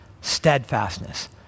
steadfastness